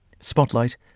spotlight